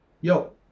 yo